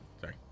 sorry